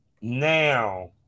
now